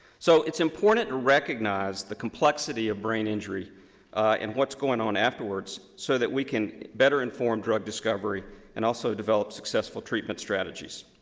so it's important to and recognize the complexity of brain injury and what's going on afterwards so that we can better inform drug discovery and also develop successful treatment strategies.